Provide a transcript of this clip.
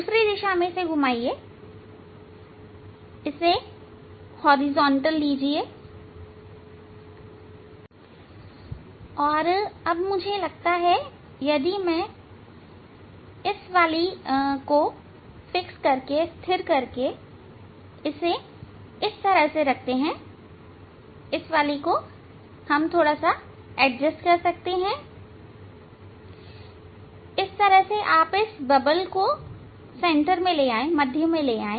दूसरी दिशा में इसे घुमाइए इसे हॉरिजॉन्टल लीजिए और तब मुझे लगता है यदि इस वाली को स्थिर करके इसे इस तरह रखते हैं इस वाली को एडजस्ट कर सकते हैं इसे आप इस बबल को मध्य में ले आए